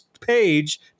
page